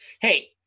Hey